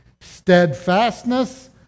steadfastness